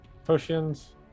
potions